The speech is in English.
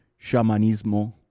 shamanismo